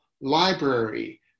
library